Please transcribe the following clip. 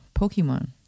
Pokemon